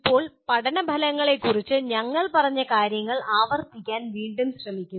ഇപ്പോൾ പഠന ഫലങ്ങളെക്കുറിച്ച് ഞങ്ങൾ പറഞ്ഞ കാര്യങ്ങൾ ആവർത്തിക്കാൻ വീണ്ടും ശ്രമിക്കും